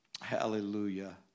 Hallelujah